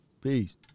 Peace